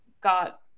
got